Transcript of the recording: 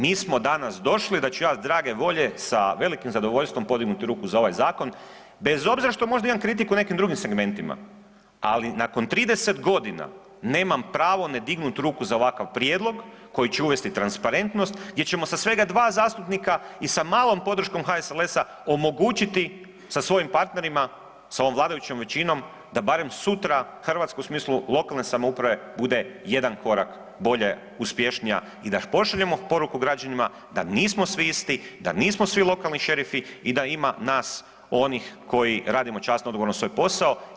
Mi smo danas došli da ću ja drage volje sa velikim zadovoljstvom podignuti ruku za ovaj zakon bez obzira što imamo kritiku u nekim drugim segmentima, ali nakon 30 godina nemam pravo ne dignut ruku za ovakav prijedlog koji će uvesti transparentnost gdje ćemo sa svega dva zastupnika i sa malom podrškom HSLS-a omogućiti sa svojim partnerima sa ovom vladajućom većinom da barem sutra Hrvatsku u smislu lokalne samouprave bude jedan korak bolje uspješnija i da pošaljemo poruku građanima da nismo svi isti, da nismo svi lokalni šerifi i da ima nas onih koji radimo časno i odgovorno svoj posao.